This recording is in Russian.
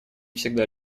всегда